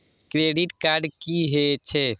Credit card की हे छे?